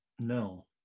No